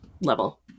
level